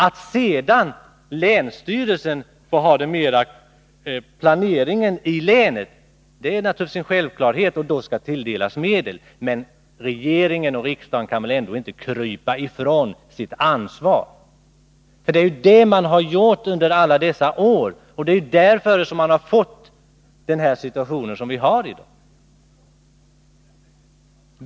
Att sedan länsstyrelsen sköter planeringen i länet och tilldelas medel härför är naturligtvis en självklarhet. Men regeringen och riksdagen kan ändå inte komma ifrån sitt ansvar. Det är vad de har gjort under alla dessa år, och det är också därför som den nuvarande situationen har uppkommit.